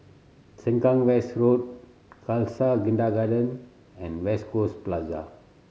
Sengkang West Road Khalsa Kindergarten and West Coast Plaza